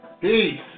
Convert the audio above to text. Peace